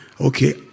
okay